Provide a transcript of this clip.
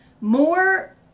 more